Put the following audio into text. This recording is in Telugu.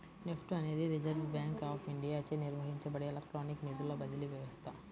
నెఫ్ట్ అనేది రిజర్వ్ బ్యాంక్ ఆఫ్ ఇండియాచే నిర్వహించబడే ఎలక్ట్రానిక్ నిధుల బదిలీ వ్యవస్థ